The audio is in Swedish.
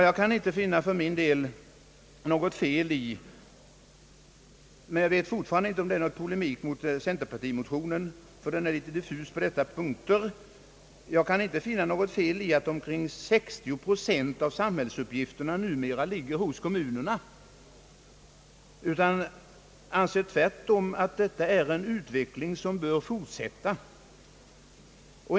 Jag kan inte finna något fel i — jag vet fortfarande inte om det innebär någon polemik mot centerpartimotionen som är lite diffus på dessa punkter — att omkring 60 procent av samhällsuppgifterna numera ligger hos kommunerna. Tvärtom anser jag att detta är en utveckling som bör fortsätta.